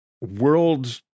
world